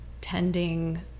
tending